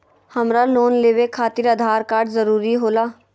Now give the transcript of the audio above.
हमरा लोन लेवे खातिर आधार कार्ड जरूरी होला?